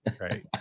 right